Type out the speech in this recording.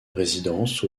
résidence